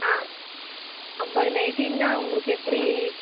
ஆ ஐம்பது நைட்டின்னா உங்களுக்கு எப்படி